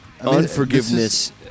unforgiveness